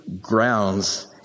grounds